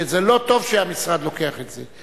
שזה לא טוב שהמשרד לוקח את זה.